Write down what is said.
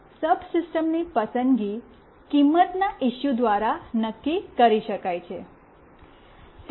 સબસિસ્ટમની પસંદગી કિંમત ના ઇશ્યૂ દ્વારા નક્કી કરી શકાય છે